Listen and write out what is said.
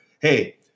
hey